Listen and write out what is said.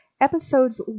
Episodes